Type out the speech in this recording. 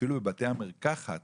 ואפילו בבתי המרקחת